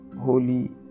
holy